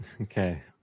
Okay